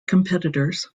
competitors